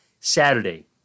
Saturday